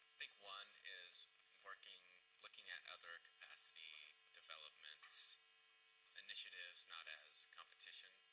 think one is working looking at other capacity development initiatives, not as competition.